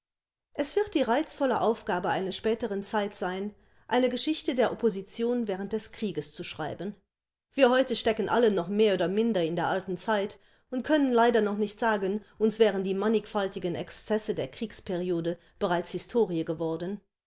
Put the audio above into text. es wird die reizvolle aufgabe einer späteren zeit sein eine geschichte der opposition während des krieges zu schreiben wir heute stecken alle noch mehr oder minder in der alten zeit und können leider noch nicht sagen uns wären die mannigfaltigen exzesse der kriegsperiode bereits historie geworden